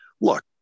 look